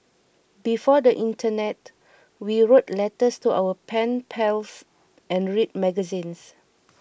before the internet we wrote letters to our pen pals and read magazines